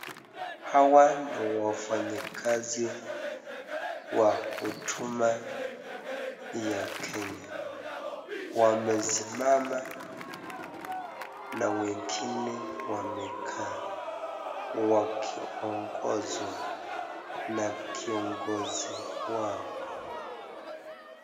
Hawa ni wafanyikazi wa huduma ya Kenya. Wamesimama na wengine wamekaa, wakiongozwa na kiongozi wao.